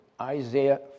Isaiah